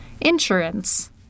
Insurance